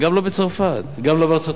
גם לא בצרפת, גם לא בארצות-הברית,